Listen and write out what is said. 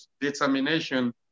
determination